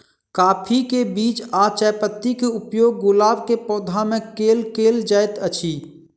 काफी केँ बीज आ चायपत्ती केँ उपयोग गुलाब केँ पौधा मे केल केल जाइत अछि?